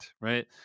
right